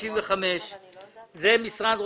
ליועץ המשפטי?